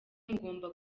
mugomba